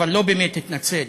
אבל לא באמת התנצל,